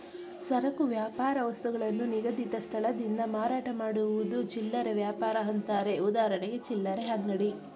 ಸರಕು ವ್ಯಾಪಾರ ವಸ್ತುಗಳನ್ನು ನಿಗದಿತ ಸ್ಥಳದಿಂದ ಮಾರಾಟ ಮಾಡುವುದು ಚಿಲ್ಲರೆ ವ್ಯಾಪಾರ ಅಂತಾರೆ ಉದಾಹರಣೆ ಚಿಲ್ಲರೆ ಅಂಗಡಿ